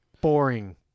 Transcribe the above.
boring